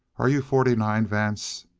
are you forty-nine, vance?